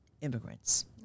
immigrants